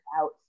out